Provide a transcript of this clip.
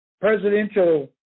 presidential